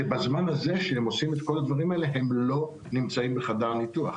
שבזמן הזה שהם עושים את כל הדברים האלה הם לא נמצאים בחדר הניתוח.